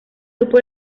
grupo